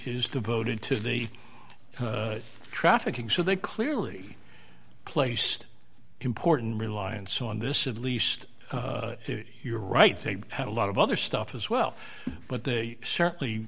is devoted to the trafficking so they clearly placed important reliance on this of least you're right they had a lot of other stuff as well but they certainly